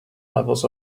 levels